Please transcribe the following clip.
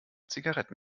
zigaretten